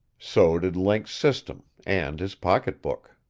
so did link's system and his pocketbook.